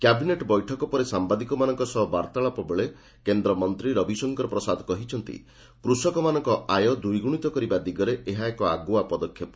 cabinet ବୈଠକ ପରେ ସାମ୍ବାଦିକମାନଙ୍କ ସହ ବାର୍ତ୍ତାଳାପ ବେଳେ କେନ୍ଦ୍ର ମନ୍ତ୍ରୀ ରବିଶଙ୍କର ପ୍ରସାଦ କହିଛନ୍ତି କୂଷକମାନଙ୍କ ଆୟ ଦ୍ୱିଗୁଣିତ କରିବା ଦିଗରେ ଏହା ଏକ ଆଗୁଆ ପଦକ୍ଷେପ